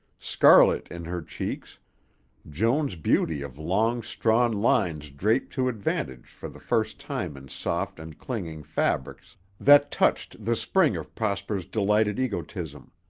scarlet in her cheeks joan's beauty of long, strong lines draped to advantage for the first time in soft and clinging fabrics that touched the spring of prosper's delighted egotism.